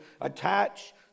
attach